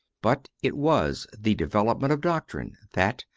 but it was the development of doctrine that,